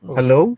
Hello